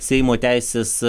seimo teisės